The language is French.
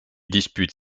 dispute